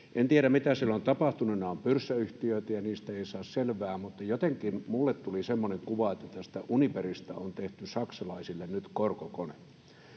En tiedä, mitä siellä on tapahtunut — nämä ovat pörssiyhtiöitä, ja niistä ei saa selvää — mutta jotenkin minulle tuli semmoinen kuva, että tästä Uniperista on tehty saksalaisille nyt korkokone.